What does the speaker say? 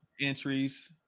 Entries